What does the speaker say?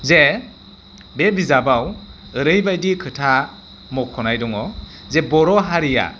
जे बे बिजाबाव औरैबायदि खोथा मख'नाय दङ जे बर' हारिया